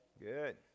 Good